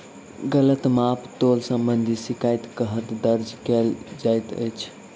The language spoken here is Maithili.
गलत माप तोल संबंधी शिकायत कतह दर्ज कैल जाइत अछि?